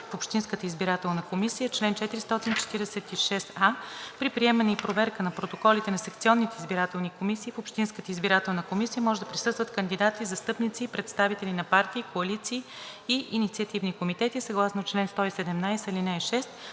в общинската избирателна комисия „Чл. 446а. При приемане и проверка на протоколите на секционните избирателни комисии в общинската избирателна комисия може да присъстват кандидати, застъпници и представители на партии, коалиции и инициативни комитети съгласно чл. 117, ал. 6